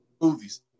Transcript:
movies